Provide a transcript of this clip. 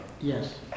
Yes